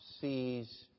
sees